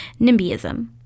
nimbyism